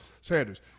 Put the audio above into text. Sanders